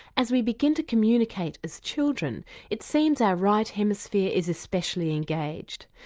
as we begin to communicate as children it seems our right hemisphere is especially engaged.